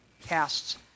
casts